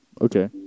okay